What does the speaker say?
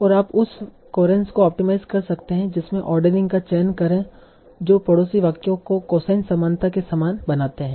और आप उस कोहेरेंस को ऑप्टिमाइज़ कर सकते हैं जिसमे ओर्ड़ेरिंग का चयन करे जो पड़ोसी वाक्यों को कोसाइन समानता के समान बनाते हैं